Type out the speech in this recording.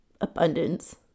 abundance